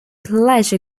pledge